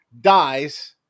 dies